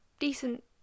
Decent